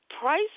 price